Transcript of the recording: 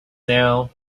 now